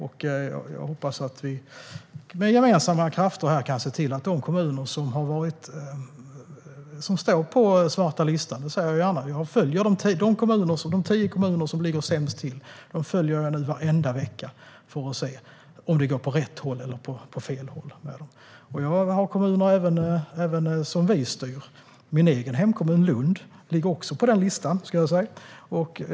Jag hoppas att vi med gemensamma krafter kan se till att de kommuner som står på svarta listan - det säger jag gärna - kommer i kapp. De tio kommuner som ligger sämst till följer jag nu varje vecka, för att se om det går åt rätt eller fel håll för dem. Det gäller även kommuner där vi styr. Min egen hemkommun, Lund, står på listan.